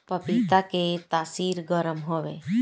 पपीता के तासीर गरम हवे